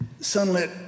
sunlit